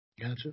Gotcha